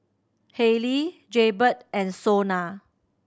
Haylee Jaybird and SONA